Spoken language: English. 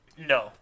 No